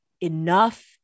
enough